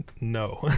no